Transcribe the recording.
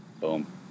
boom